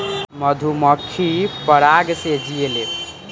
मधुमक्खी पराग से जियेले